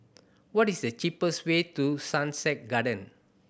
what is the cheapest way to Sussex Garden